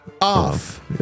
off